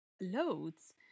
loads